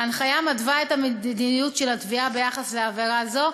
ההנחיה מתווה את המדיניות של התביעה ביחס לעבירה זו,